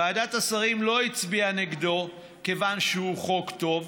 ועדת השרים לא הצביעה נגדו, כיוון שהוא חוק טוב,